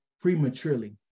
prematurely